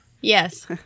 Yes